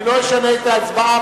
אני לא אשנה את ההצבעה,